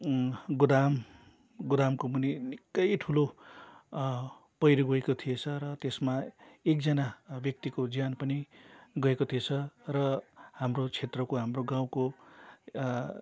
गोदाम गोदामको मुनि निकै ठुलो पहिरो गएको थिएछ र त्यसमा एकजना व्यक्तिको ज्यान पनि गएको थिएछ र हाम्रो क्षेत्रको हाम्रो गाउँको